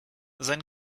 sein